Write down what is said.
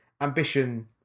ambition